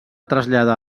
traslladar